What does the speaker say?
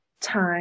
time